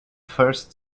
first